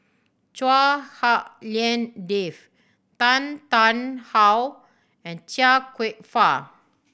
Chua Hak Lien Dave Tan Tarn How and Chia Kwek Fah